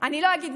אני לא אשקר,